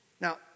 Now